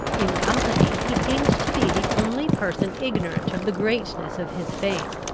in company he seemed to be the only person ignorant of the greatness of his fame.